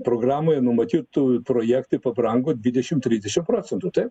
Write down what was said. programoje numatytų projektai pabrango dvidešimt trisdešimt procentų taip